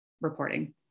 reporting